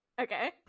okay